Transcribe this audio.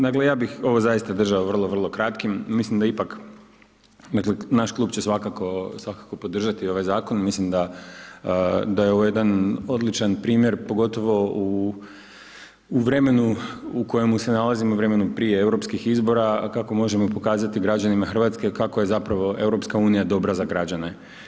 Dakle, ja bih ovo zaista držao vrlo, vrlo kratkim, mislim da ipak, dakle naš Klub će svakako, svakako podržati ovaj zakon, mislim da je ovo jedan odličan primjer pogotovo u vremenu u kojemu se nalazimo, vremenu prije Europskih izbora, a kako možemo pokazati građanima Hrvatske kako je zapravo EU dobra za građane.